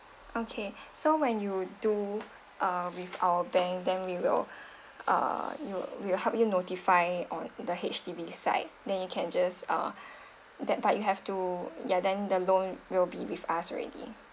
okay so when you do uh with our bank then we will uh you we'll help you notify on the H_D_B side then you can just uh that but you have to yeah then the loan will be with us already